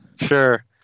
Sure